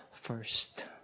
first